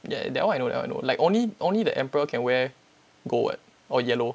yeah that one you that one I know like only only the emperor can wear gold [what] or yellow